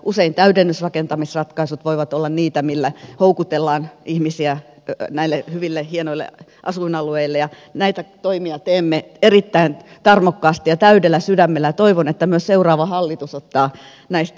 usein täydennysrakentamisratkaisut voivat olla niitä millä houkutellaan ihmisiä näille hyville hienoille asuinalueille ja näitä toimia teemme erittäin tarmokkaasti ja täydellä sydämellä ja toivon että myös seuraava hallitus ottaa näistä kopin